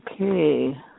Okay